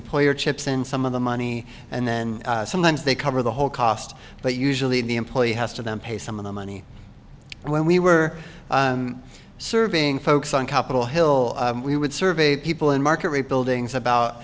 employer chips in some of the money and then sometimes they cover the whole cost but usually if the employee has to them pay some of the money when we were serving folks on capitol hill we would survey people in market rate buildings about